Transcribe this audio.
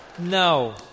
No